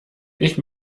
ich